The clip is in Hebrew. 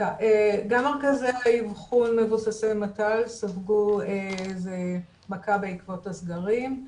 מרכזי האבחון מבוססי מת"ל ספגו מכה בעקבות הסגרים.